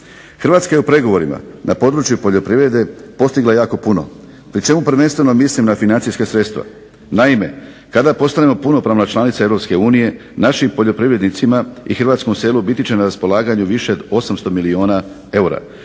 Hrvatska je u pregovorima na području poljoprivrede postigla jako puno, pri čemu prvenstveno mislim na financijska sredstva. Naime kada postanemo punopravna članica Europske unije našim poljoprivrednicima i hrvatskom selu biti će na raspolaganju više od 800 milijuna eura.